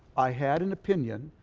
i had an opinion.